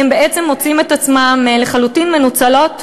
בעצם מוצאים את עצמם לחלוטין מנוצלות ומנוצלים,